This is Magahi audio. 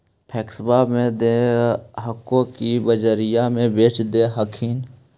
पैक्सबा मे दे हको की बजरिये मे बेच दे हखिन?